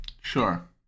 Sure